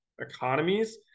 economies